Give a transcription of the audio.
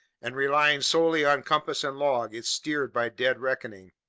and relying solely on compass and log, it steered by dead reckoning.